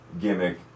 gimmick